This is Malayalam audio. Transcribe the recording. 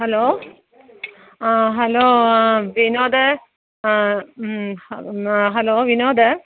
ഹലോ ആ ഹലോ ആ വിനോദേ ആ ഹലോ വിനോദേ